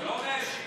לא 170,